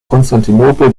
konstantinopel